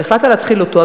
אבל החלטת להתחיל אתו,